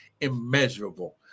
immeasurable